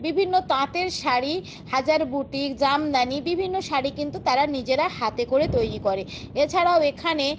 বিভিন্ন তাঁতের শাড়ি হাজার বুটি জামদানি বিভিন্ন শাড়ি কিন্তু তারা নিজেরা হাতে করে তৈরি করে এছাড়াও এখানে